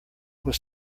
was